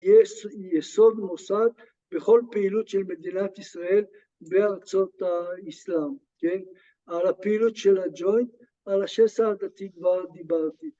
‫יש יסוד מוסד בכל פעילות ‫של מדינת ישראל בארצות האסלאם, כן? ‫על הפעילות של הג'וינט, ‫על השסע הדתי כבר דיברתי.